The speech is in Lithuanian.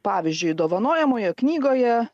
pavyzdžiui dovanojamoje knygoje